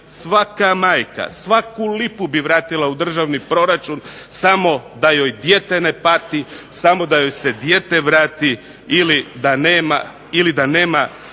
svaka majka svaku lipu bi vratila u državni proračun samo da joj dijete ne pati, samo da joj se dijete vrati ili da nema,